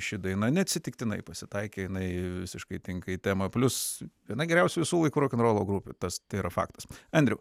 ši daina neatsitiktinai pasitaikė jinai visiškai tinka į temą plius viena geriausių visų laikų rokenrolo grupių tas tai yra faktas andriau